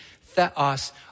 theos